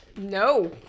no